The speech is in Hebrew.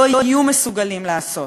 לא יהיו מסוגלים לעשות.